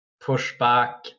pushback